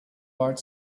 part